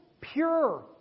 pure